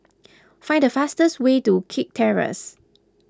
find the fastest way to Kirk Terrace